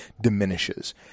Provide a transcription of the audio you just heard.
diminishes